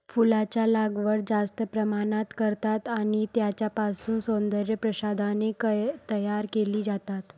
फुलांचा लागवड जास्त प्रमाणात करतात आणि त्यांच्यापासून सौंदर्य प्रसाधने तयार केली जातात